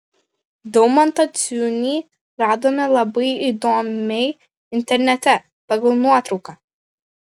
daumantą ciunį radome labai įdomiai internete pagal nuotrauką